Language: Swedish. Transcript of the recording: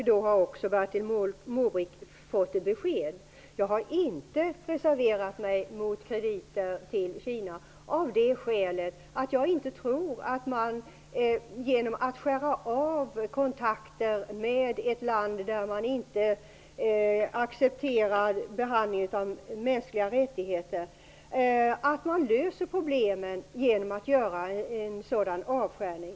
Då har Bertil Måbrink fått ett besked: Jag har inte reserverat mig mot krediter till Kina av det skälet att jag inte tror att vi genom att skära av kontakter med ett land där vi inte accepterar behandlingen av mänskliga rättigheter löser problemen.